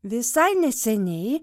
visai neseniai